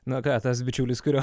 na ką tas bičiulis kurio